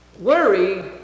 Worry